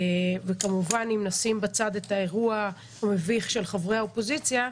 וכמובן שאם נשים בצד את האירוע המביך של חברי האופוזיציה,